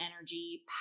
energy